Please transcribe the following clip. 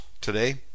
today